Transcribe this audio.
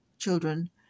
Children